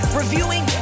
reviewing